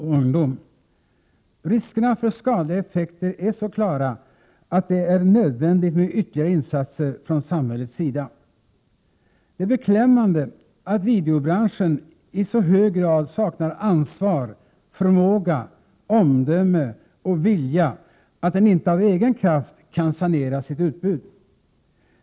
Riskerna för skadliga effekter är så klara, att det är nödvändigt med ytterligare insatser från samhällets sida. Det är beklämmande att videobranschen i så hög grad saknar ansvar, förmåga, omdöme och vilja, att den inte av egen kraft kan sanera sitt utbud.